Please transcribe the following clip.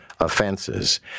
offenses